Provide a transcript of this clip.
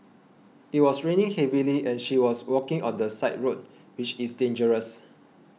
it was raining heavily and she was walking on the side road which is dangerous